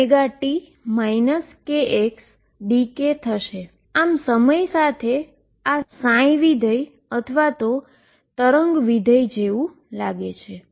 time સાથે આ ψ function અથવા વેવ ફંક્શન જેવું લાગે છે